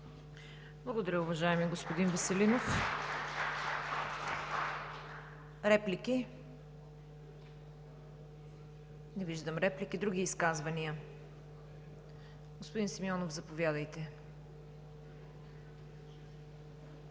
Благодаря, уважаеми господин Веселинов. Реплики? Не виждам реплики. Други изказвания? Господин Симеонов, заповядайте.